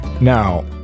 Now